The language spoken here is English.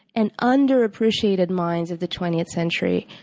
and underappreciated minds of the twentieth century.